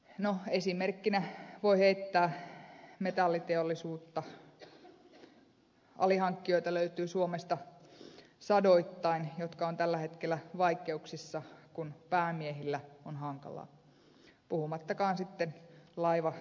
no esimerkkinä voi heittää metalliteollisuuden alihankkijoita löytyy suomesta sadoittain jotka ovat tällä hetkellä vaikeuksissa kun päämiehillä on hankalaa puhumattakaan sitten laiva ja junateollisuudesta